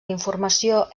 d’informació